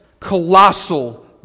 Colossal